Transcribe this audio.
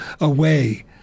away